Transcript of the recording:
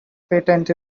patent